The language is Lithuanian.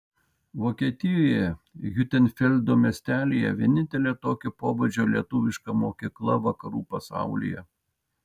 vokietijoje hiutenfeldo miestelyje vienintelė tokio pobūdžio lietuviška mokykla vakarų pasaulyje